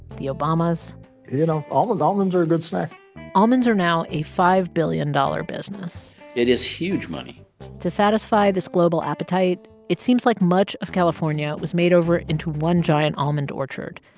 the obamas you know, almonds almonds are a good snack almonds are now a five billion dollars business it is huge money to satisfy this global appetite, it seems like much of california was made over into one giant almond orchard.